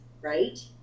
right